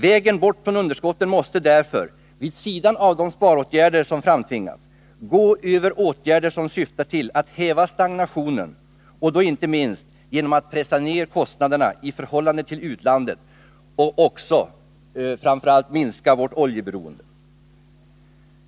Vägen bort från underskotten måste därför, vid sidan av de sparåtgärder som framtvingas, gå över åtgärder syftande till att häva stagnationen, och då inte minst genom att pressa ned kostnaderna i förhållande till utlandet och minska vårt oljeberoende.